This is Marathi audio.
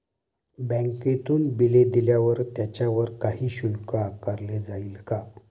बँकेतून बिले दिल्यावर त्याच्यावर काही शुल्क आकारले जाईल का?